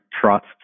trust